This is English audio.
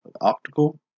Optical